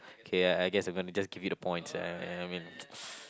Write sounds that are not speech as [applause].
K I guess I'm just gonna give you the points ya ya I mean [noise]